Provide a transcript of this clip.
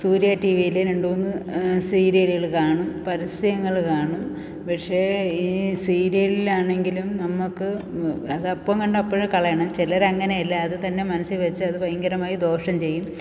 സൂര്യ ടി വിയിൽ രണ്ടുമൂന്ന് സീരിയലുകൾ കാണും പരസ്യങ്ങൾ കാണും പക്ഷേ ഈ സീരിയലിലാണെങ്കിലും നമുക്ക് അതപ്പം കണ്ട് അപ്പോൾ കളയണം ചിലരങ്ങനെയല്ല അത് തന്നെ മനസ്സിൽ വെച്ച് അത് ഭയങ്കരമായി ദോഷം ചെയ്യും